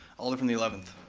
alder from the eleventh.